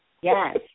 Yes